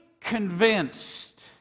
convinced